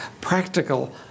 practical